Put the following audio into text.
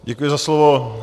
Děkuji za slovo.